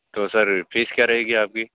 तो sir fees क्या रहेगी आपकी